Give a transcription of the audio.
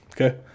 Okay